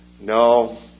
no